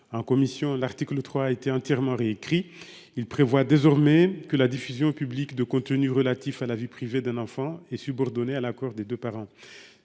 En commission, l'article 3 a été entièrement réécrit : désormais, la diffusion publique de contenus relatifs à la vie privée d'un enfant est subordonnée à l'accord des deux parents.